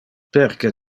perque